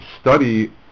study